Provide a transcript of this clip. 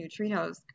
neutrinos